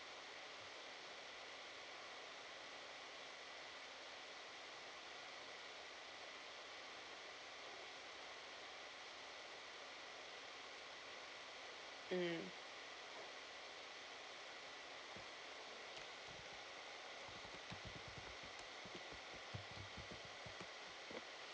mm